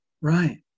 Right